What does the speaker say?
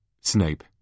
Snape